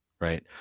right